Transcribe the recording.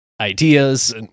ideas